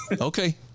Okay